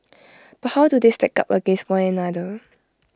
but how do they stack up against one another